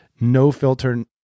no-filter